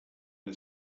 the